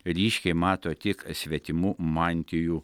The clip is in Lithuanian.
ryškiai mato tik svetimų mantijų